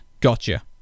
Gotcha